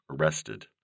arrested